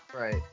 Right